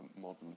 modern